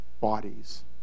bodies